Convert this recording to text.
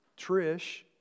Trish